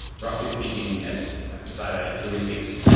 roughly speaking, it's it's either heuristics,